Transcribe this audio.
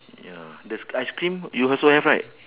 ya the ice cream you also have right